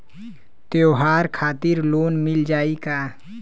त्योहार खातिर लोन मिल जाई का?